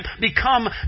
become